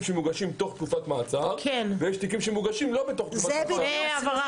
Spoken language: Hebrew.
שמוגשים תוך תקופת מעצר ויש תיקים שמוגשים לא בתוך תקופת המאסר.